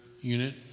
unit